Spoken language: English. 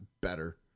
better